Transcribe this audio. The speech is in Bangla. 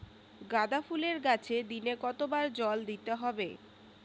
গাদা ফুলের গাছে দিনে কতবার জল দিতে হবে?